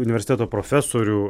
universiteto profesorių